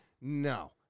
No